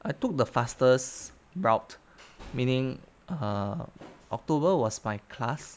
I took the fastest route meaning uh october was my class